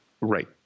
right